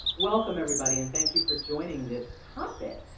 welcome, everybody, and thank you for joining this topic.